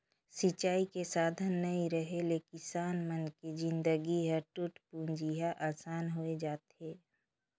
सिंचई के साधन नइ रेहे ले किसान मन के जिनगी ह टूटपुंजिहा असन होए जाथे